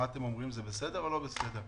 אתם אומרים שזה בסדר או לא בסדר?